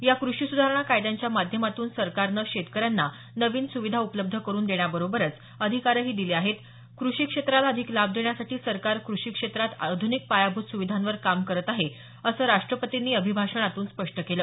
या क्रषी सुधारणा कायद्यांच्या माध्यमातून सरकारने शेतकऱ्यांना नवीन सुविधा उपलब्ध करून देण्याबरोबरच अधिकारही दिले आहेत क्रषी क्षेत्राला अधिक लाभ देण्यासाठी सरकार क्रषी क्षेत्रात आध्निक पायाभूत सुविधांवर काम करत आहे असं राष्ट्रपतींनी अभिभाषणातून स्पष्ट केलं